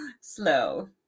Slow